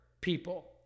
people